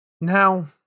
Now